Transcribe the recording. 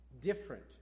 different